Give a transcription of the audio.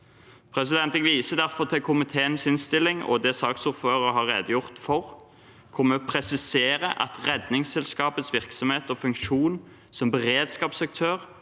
å bære. Jeg viser derfor til komiteens innstilling og det saksordføreren har redegjort for, hvor vi presiserer at Redningsselskapets virksomhet og funksjon som beredskapsaktør